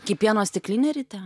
kaip pieno stiklinė ryte